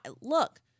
look